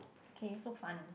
K so fun